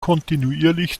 kontinuierlich